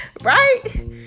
right